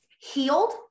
healed